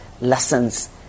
lessons